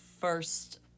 first –